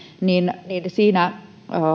niin siinä